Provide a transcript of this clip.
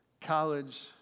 college